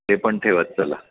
ते पण ठेवत चला